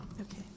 Okay